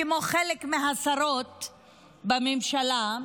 כמו חלק מהשרות בממשלה,